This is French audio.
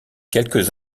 quelques